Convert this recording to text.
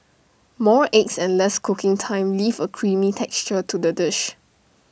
more eggs and less cooking time leave A creamy texture to the dish